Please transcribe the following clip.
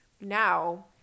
now